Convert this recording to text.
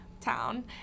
town